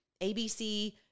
abc